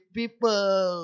people